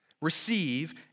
receive